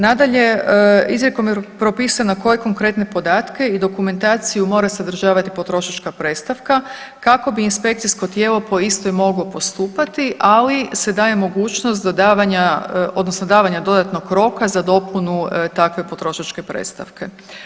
Nadalje, izrijekom je propisano koje konkretne podatke i dokumentaciju mora sadržavati potrošačka predstavka kako bi inspekcijsko tijelo po istoj moglo postupati, ali se daje mogućnost dodavanja, odnosno davanja dodatnog roka za dopunu takve potrošačke predstavke.